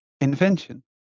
invention